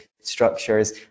structures